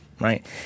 right